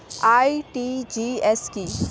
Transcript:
RTGS কি?